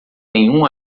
nenhum